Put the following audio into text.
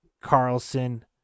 Carlson